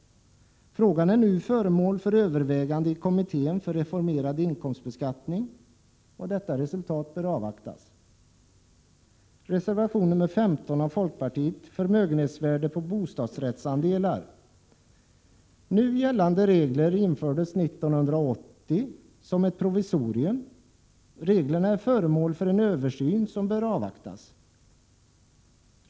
Frågan är nu föremål för övervägande i kommittén för reformerad inkomstbeskattning. Detta resultat bör avvaktas. Reservation nr 15 av folkpartiet rör förmögenhetsvärdet på bostadsrättsandelar. Nu gällande regler infördes 1980 som ett provisorium. Reglerna är föremål för en översyn, som bör avvaktas.